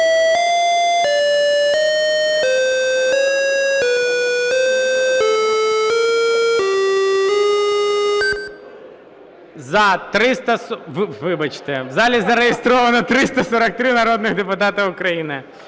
в залі зареєстровано 343 народних депутати України.